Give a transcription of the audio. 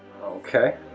Okay